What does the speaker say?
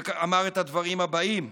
שאמר את הדברים הבאים: